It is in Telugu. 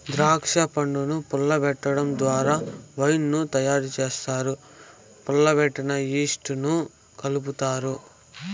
దాక్ష పండ్లను పులియబెటడం ద్వారా వైన్ ను తయారు చేస్తారు, పులియడానికి ఈస్ట్ ను కలుపుతారు